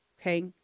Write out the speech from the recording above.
okay